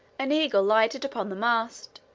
an eagle lighted upon the mast,